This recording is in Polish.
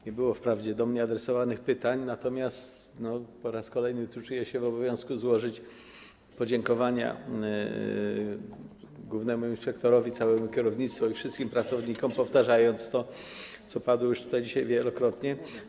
Nie było wprawdzie pytań adresowanych do mnie, natomiast po raz kolejny czuję się w obowiązku złożyć podziękowania głównemu inspektorowi, całemu kierownictwu i wszystkim pracownikom, powtarzając to, co padło już tutaj dzisiaj wielokrotnie.